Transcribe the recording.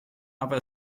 aber